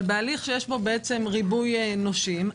אבל בהליך שיש בו ריבוי נושים,